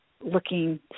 looking